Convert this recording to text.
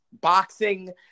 boxing